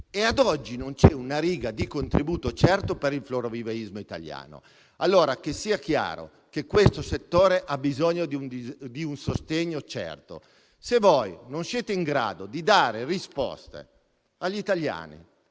A oggi non c'è una riga di contributo certo per il florovivaismo italiano. Sia chiaro che questo settore ha bisogno di un sostegno certo. Se voi non siete in grado di dare risposte agli italiani,